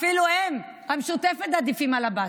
אפילו הם, המשותפת, עדיפים על עבאס.